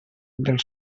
del